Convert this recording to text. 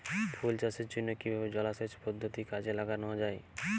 ফুল চাষের জন্য কিভাবে জলাসেচ পদ্ধতি কাজে লাগানো যাই?